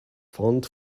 font